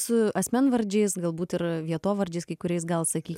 su asmenvardžiais galbūt ir vietovardžiais kai kuriais gal sakyt